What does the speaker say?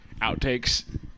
Outtakes